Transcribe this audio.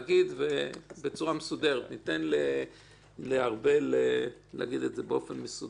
ניתן לארבל לומר את זה באופן מסודר.